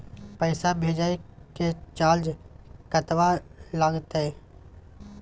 पैसा भेजय के चार्ज कतबा लागते?